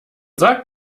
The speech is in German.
sagt